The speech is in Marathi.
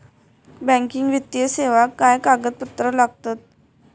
बँकिंग वित्तीय सेवाक काय कागदपत्र लागतत?